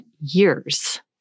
years